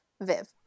Viv